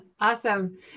Awesome